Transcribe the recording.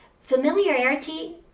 Familiarity